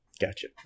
Gotcha